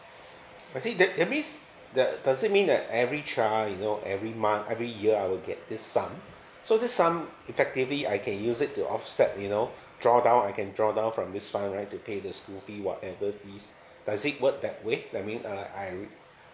I see that that means does does it means that every child you know every month every year I will get this sum so this sum effectively I can use it to offset you know draw down I can draw down from this sum right to pay the school fee whatever fees does it work that way that mean uh I